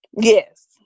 Yes